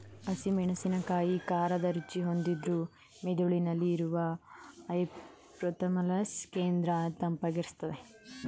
ಹಸಿ ಮೆಣಸಿನಕಾಯಿ ಖಾರದ ರುಚಿ ಹೊಂದಿದ್ರೂ ಮೆದುಳಿನಲ್ಲಿ ಇರುವ ಹೈಪೋಥಾಲಮಸ್ ಕೇಂದ್ರ ತಂಪಾಗಿರ್ಸ್ತದೆ